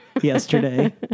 yesterday